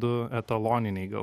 du etaloniniai gal